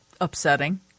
upsetting